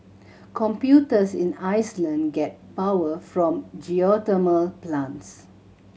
computers in Iceland get power from geothermal plants